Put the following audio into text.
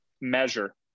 measure